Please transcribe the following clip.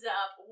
up